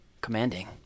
Commanding